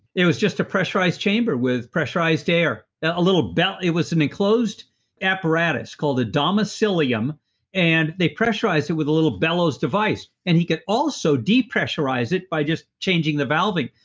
it was just a pressurized chamber with pressurized air. a little belt, it was an enclosed apparatus called the domicilium and they pressurized it with a little bellows device. and he could also depressurize it by just changing the valving,